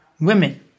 women